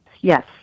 Yes